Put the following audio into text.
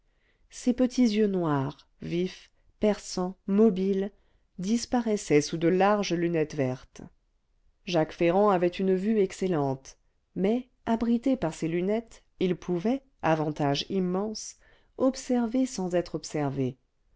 ses petits yeux noirs vifs perçants mobiles disparaissaient sous de larges lunettes vertes jacques ferrand avait une vue excellente mais abrité par ses lunettes il pouvait avantage immense observer sans être observé